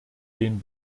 den